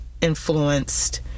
influenced